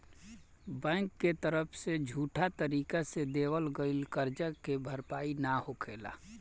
bank के तरफ से झूठा तरीका से देवल गईल करजा के भरपाई ना होखेला